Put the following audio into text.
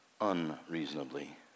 Unreasonably